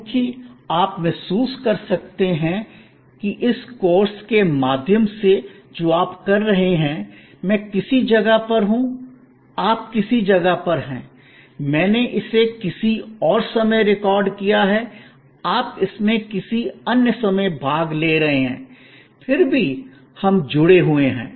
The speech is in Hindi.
क्योंकि आप महसूस कर सकते हैं कि इस कोर्स के माध्यम से जो आप कर रहे हैं मैं किसी जगह पर हूं आप किसी जगह पर हैं मैंने इसे किसी और समय रिकॉर्ड किया है आप इसमें किसी अन्य समय भाग ले रहे हैं फिर भी हम जुड़े हुए हैं